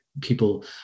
people